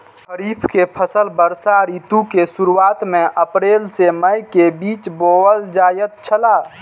खरीफ के फसल वर्षा ऋतु के शुरुआत में अप्रैल से मई के बीच बौअल जायत छला